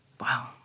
wow